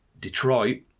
Detroit